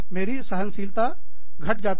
मेरी सहनशीलता घट जा सकती है